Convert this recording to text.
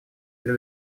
для